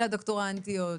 אל הדוקטורנטיות,